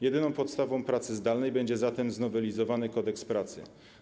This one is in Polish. Jedyną podstawą pracy zdalnej będzie zatem znowelizowany Kodeks pracy.